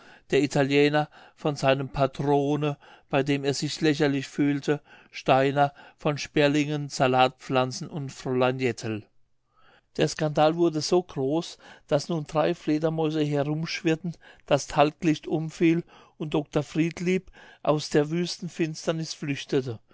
der italiener von seinem padrone bei dem er sich lächerlich fühle steiner von sperlingen salatpflanzen und fräulein jettel der skandal wurde so groß daß nun drei fledermäuse herumschwirrten das talglicht umfiel und dr friedlieb aus der wüsten finsternis flüchtete